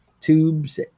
tubes